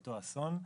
אותו אסון.